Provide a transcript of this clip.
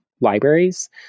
libraries